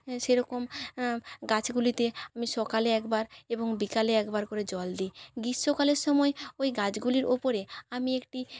সেরকম গাছগুলিতে আমি সকালে একবার এবং বিকালে একবার করে জল দিই গ্রীষ্মকালের সময় ওই গাছগুলির ওপরে আমি একটি